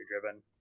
driven